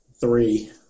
three